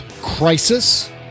crisis